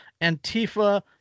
Antifa